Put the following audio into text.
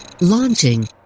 Launching